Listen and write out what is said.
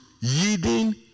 yielding